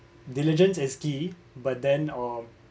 diligence is key but then uh